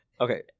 Okay